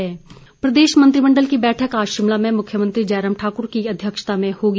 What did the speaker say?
मंत्रिमंडल बैठक प्रदेश मंत्रिमंडल की बैठक आज शिमला में मुख्यमंत्री जयराम ठाकुर की अध्यक्षता में होगी